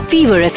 Fever